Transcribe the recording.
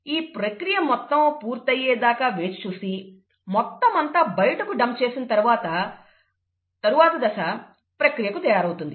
ఈ ప్రక్రియ మొత్తం పూర్తయ్యేదాకా వేచి చూసి మొత్తమంతా బయటకు డంప్ చేసి తరువాత దశ ప్రక్రియకు తయారవుతుంది